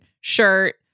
shirt